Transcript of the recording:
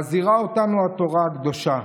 מזהירה אותנו התורה הקדושה,